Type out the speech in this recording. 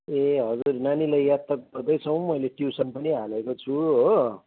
ए हजुर नानीलाई याद त गर्दैछौँ मैले ट्युसन पनि हालेको छु हो